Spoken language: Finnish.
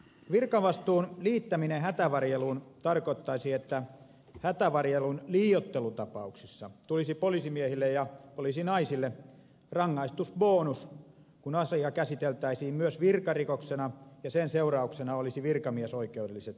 virkavastuun liittäminen hätävarjeluun tarkoittaisi että hätävarjelun liioittelutapauksissa tulisi poliisimiehille ja poliisinaisille rangaistusbonus kun asiaa käsiteltäisiin myös virkarikoksena ja sen seurauksena olisi virkamiesoikeudelliset seuraukset